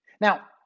Now